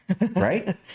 right